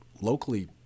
locally